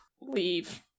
leave